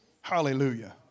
Hallelujah